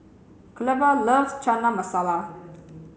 Cleva loves Chana Masala